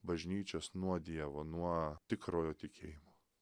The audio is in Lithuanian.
bažnyčios nuo dievo nuo tikrojo tikėjimo